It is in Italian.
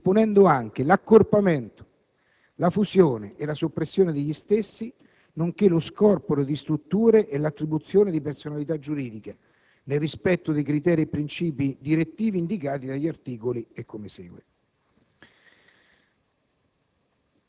disponendo anche l'accorpamento, la fusione e la soppressione degli stessi, nonché lo scorporo di strutture e l'attribuzione di personalità giuridica, nel rispetto dei princìpi e criteri direttivi indicati negli articoli (...)».